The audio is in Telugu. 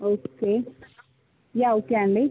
ఓకే యా ఓకే అండి